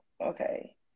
Okay